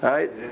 Right